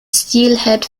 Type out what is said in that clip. steelhead